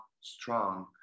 strong